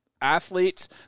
athletes